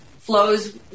flows